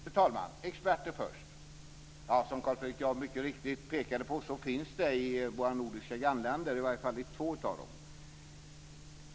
Fru talman! Frågan om experter först. Som Carl Fredrik Graf mycket riktigt påpekade finns regler i våra nordiska grannländer, i varje fall i två av dem.